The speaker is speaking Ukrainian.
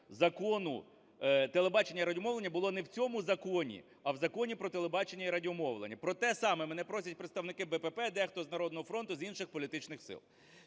закону… телебачення і радіомовлення було не в цьому законі, а в Законі "Про телебачення і радіомовлення". Про те саме мене просять представники БПП, дехто з "Народного фронту", з інших політичних сил.